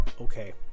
Okay